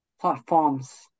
platforms